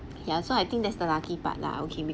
ya so I think that's the lucky part lah okay